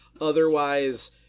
otherwise